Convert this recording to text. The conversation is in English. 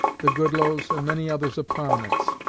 the goodloes, and many others of prominence.